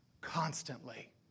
constantly